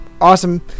awesome